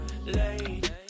late